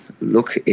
look